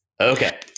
Okay